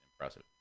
impressive